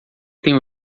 tem